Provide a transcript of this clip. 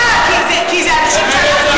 אה, כי אלו אנשים שמצביעים לך.